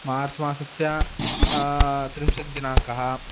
मार्च् मासस्य त्रिंशत् दिनाङ्कः